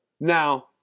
Now